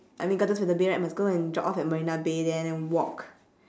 I mean gardens by the bay right must go and drop off at marina bay there then walk